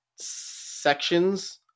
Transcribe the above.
sections